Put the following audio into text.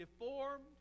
deformed